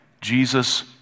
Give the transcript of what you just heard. Jesus